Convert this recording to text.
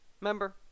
Remember